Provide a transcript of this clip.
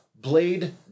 Blade